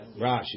Rashi